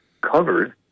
covered